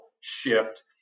shift